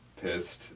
pissed